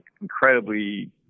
incredibly